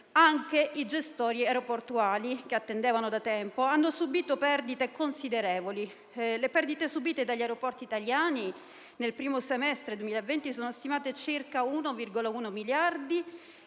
Anche i gestori aeroportuali, che attendevano da tempo, hanno subito perdite considerevoli. Le perdite subite dagli aeroporti italiani nel primo semestre 2020 sono stimate pari a circa 1,1 miliardi